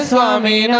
Swami